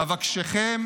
אבקשכם